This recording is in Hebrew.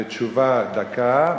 והתשובה דקה,